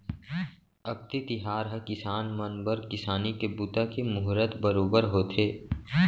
अक्ती तिहार ह किसान मन बर किसानी के बूता के मुहरत बरोबर होथे